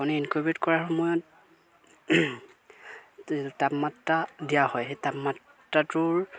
আপুনি ইনকুবেট কৰাৰ সময়ত যিটো তাপমাত্ৰা দিয়া হয় সেই তাপমাত্ৰাটোৰ